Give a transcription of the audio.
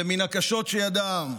ומן הקשות שידע העם.